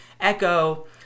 Echo